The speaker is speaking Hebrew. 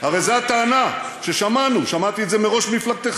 הרי זו הטענה ששמענו, שמעתי את זה מראש מפלגתך.